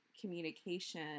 communication